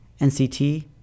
NCT